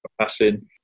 passing